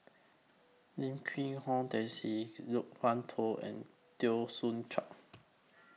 Lim Quee Hong Daisy Loke Wan Tho and Teo Soon Chuan